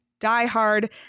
diehard